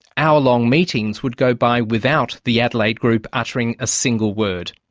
hour-long meetings would go by without the adelaide group uttering a single word.